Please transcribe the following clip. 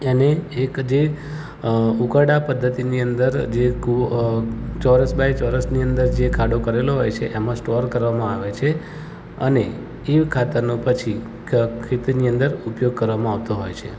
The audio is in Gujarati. એને એક જે ઉકરડાં પદ્ધતિની અંદર જે કૂ ચોરસ બાય ચોરસની અંદર જે ખાડો કરેલો હોય છે એમાં સ્ટોર કરવામાં આવે છે અને એ ખાતરનો પછી ખ ખેતીની અંદર ઉપયોગ કરવામાં આવતો હોય છે